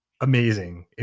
amazing